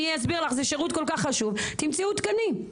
אני אסביר לך, זה שירות כל כך חשוב, תמצאו תקנים.